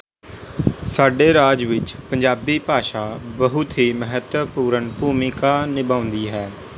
ਸਾਡੇ ਰਾਜ ਵਿੱਚ ਪੰਜਾਬੀ ਭਾਸ਼ਾ ਬਹੁਤ ਹੀ ਮਹੱਤਵਪੂਰਨ ਭੂਮਿਕਾ ਨਿਭਾਉਂਦੀ ਹੈ